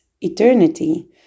eternity